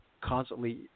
constantly